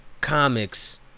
comics